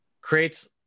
creates